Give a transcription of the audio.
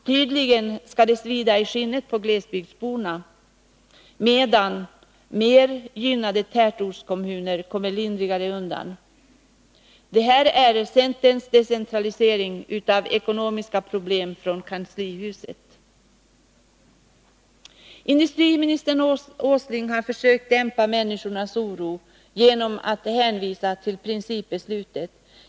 Tydligen skall det svida i skinnet på glesbygdsborna, medan mer gynnade tätortskommuner kommer lindrigare undan. Det här är centerns decentralisering av ekonomiska problem från kanslihuset. Industriminister Åsling har försökt att dämpa människornas oro genom att hänvisa till principbeslutet.